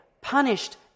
punished